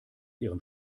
ihrem